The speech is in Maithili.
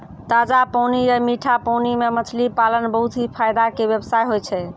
ताजा पानी या मीठा पानी मॅ मछली पालन बहुत हीं फायदा के व्यवसाय होय छै